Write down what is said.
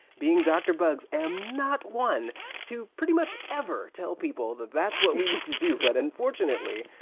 being dr. buggs, am not one to pretty much ever tell people that that's what we need to do. but unfortunately,